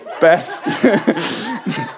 best